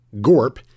GORP